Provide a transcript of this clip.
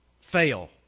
fail